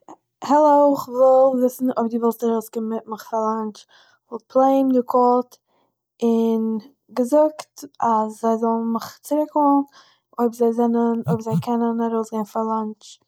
העלא איך וויל וויסן אויב די ווילסט ארויסקומען מיט מיך פאר לאנטש. איך וואלט פלעין געקאלט און געזאגט אז זיי זאלן מיך צוריקקאלן אויב זיי זענען אויב זיי קענען ארויסגיין פאר לאנטש.